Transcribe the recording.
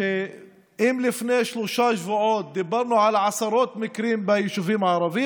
שאם לפני שלושה שבועות דיברנו על עשרות מקרים ביישובים הערביים,